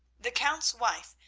the count's wife,